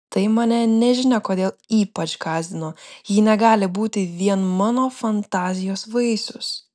tai mane nežinia kodėl ypač gąsdino ji negali būti vien mano fantazijos vaisius